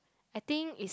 I think is